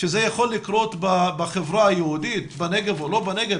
שזה יכול לקרות בחברה היהודית בנגב או לא בנגב?